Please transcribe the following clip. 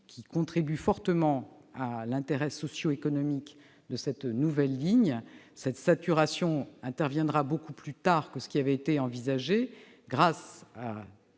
qui contribue fortement à l'intérêt socio-économique de cette nouvelle ligne, interviendra beaucoup plus tard que ce qui était envisagé grâce aux